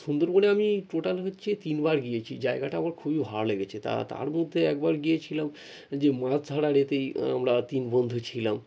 সুন্দরবনে আমি টোটাল হচ্ছে তিনবার গিয়েছি জায়গাটা আমার খুবই ভালো লেগেছে তা তার মধ্যে একবার গিয়েছিলাম যে মাছ ধরার এতেই আমরা তিন বন্ধু ছিলাম